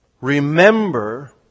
Remember